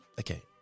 Okay